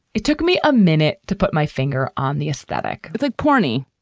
it took me a minute to put my finger on the aesthetic. it's like porny.